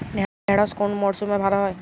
ঢেঁড়শ কোন মরশুমে ভালো হয়?